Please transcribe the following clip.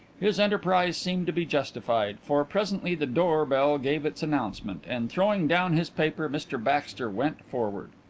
his enterprise seemed to be justified, for presently the door bell gave its announcement, and throwing down his paper mr baxter went forward.